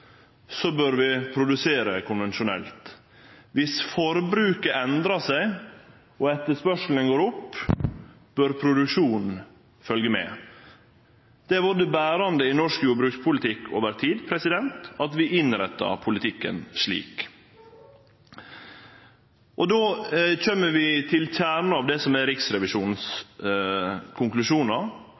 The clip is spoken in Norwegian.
bør vi produsere konvensjonelt. Dersom forbruket endrar seg og etterspørselen går opp, bør produksjonen følgje med. Det har vore det berande i norsk jordbrukspolitikk over tid, at vi innrettar politikken slik. Då kjem vi til kjernen av det som er Riksrevisjonens konklusjonar,